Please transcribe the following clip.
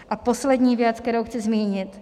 A poslední věc, kterou chci zmínit.